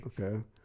Okay